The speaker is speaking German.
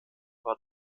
war